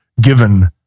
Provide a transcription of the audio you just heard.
given